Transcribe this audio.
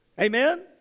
Amen